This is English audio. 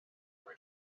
her